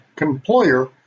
employer